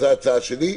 זו ההצעה שלי.